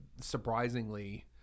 surprisingly